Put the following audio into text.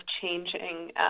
changing